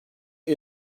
yüz